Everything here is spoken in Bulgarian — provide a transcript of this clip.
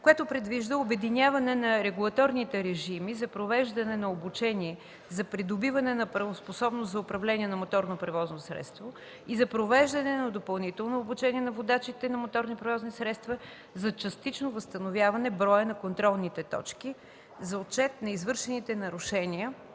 която предвижда обединяване на регулаторните режими за провеждане на обучение за придобиване на правоспособност за управление на моторно превозно средство и за провеждане на допълнително обучение на водачите на моторни превозни средства за частично възстановяване броя на контролните точки за отчет на извършваните нарушения